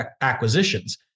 acquisitions